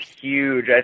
huge